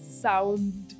sound